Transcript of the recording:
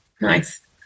Nice